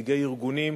נציגי ארגונים,